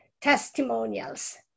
testimonials